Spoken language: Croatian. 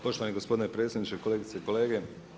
Poštovani gospodine predsjedniče, kolegice i kolege.